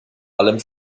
allem